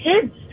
kids